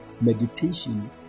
meditation